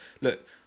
Look